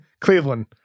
Cleveland